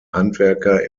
handwerker